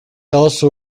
also